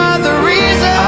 are the reason